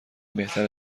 بهتره